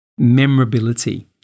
memorability